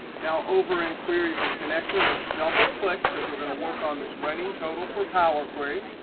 now, over in queries and connection, let's double click, because we're going to work on this running total for power query.